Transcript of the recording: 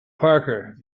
parker